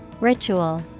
Ritual